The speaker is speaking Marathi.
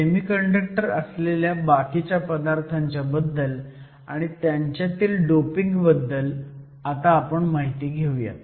सेमीकंडक्टर असलेल्या बाकीच्या पदार्थांच्याबद्दल आणि त्यांच्यातील डोपिंग बद्दल आता माहिती घेऊयात